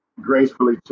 gracefully